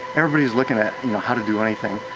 everybody is looking at you know how to do anything.